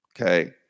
Okay